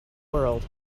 world